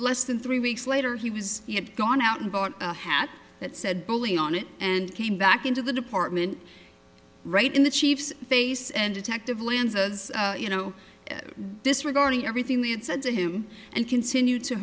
less than three weeks later he was he had gone out and bought a hat that said bully on it and came back into the department right in the chief's face and detective lanza's you know disregarding everything we had said to him and continue to